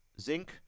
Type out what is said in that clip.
zinc